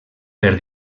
per